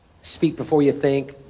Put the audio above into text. speak-before-you-think